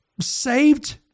saved